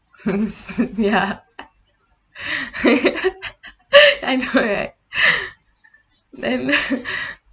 ya and correct then